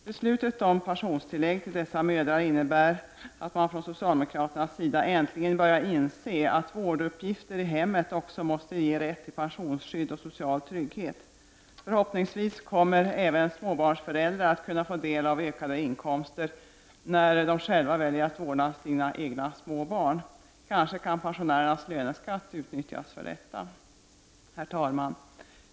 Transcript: Beslutet om pensionstillskott till dessa mödrar innebär att man från socialdemokraternas sida äntligen börjar inse att vårduppgifter i hemmet också måste ge rätt till pensionsskydd och social trygghet. Förhoppningsvis kommer även småbarnsföräldrar att kunna få del av ökade inkomster när de själva väljer att vårda sina egna små barn. Kanske kan pensionärernas löneskatt utnyttjas för detta. Herr talman!